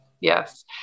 Yes